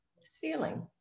ceiling